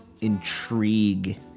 intrigue